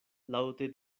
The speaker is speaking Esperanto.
laŭte